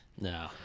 No